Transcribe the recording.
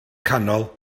canol